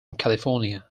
california